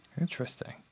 Interesting